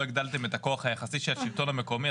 הגדלתם את הכוח היחסי של השלטון המקומי,